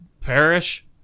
perish